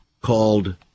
called